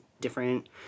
different